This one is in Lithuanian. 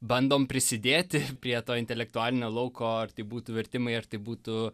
bandom prisidėti prie to intelektualinio lauko ar tai būtų vertimai ar tai būtų